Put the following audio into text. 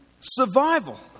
survival